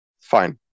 Fine